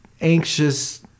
anxious